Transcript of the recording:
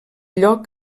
lloc